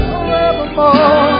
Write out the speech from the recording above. Forevermore